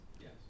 Yes